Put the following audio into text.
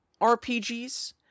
RPGs